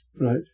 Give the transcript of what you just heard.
Right